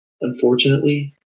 Unfortunately